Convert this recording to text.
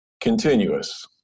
continuous